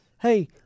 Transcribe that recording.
hey